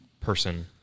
person